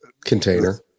container